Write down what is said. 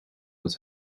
het